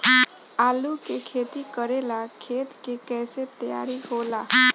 आलू के खेती करेला खेत के कैसे तैयारी होला?